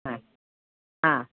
हां हां